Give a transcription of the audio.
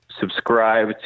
subscribe